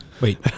Wait